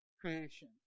creation